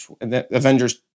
Avengers